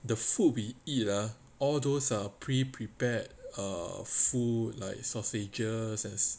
the food we eat ah all those are pre prepared err food like sausages